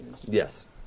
Yes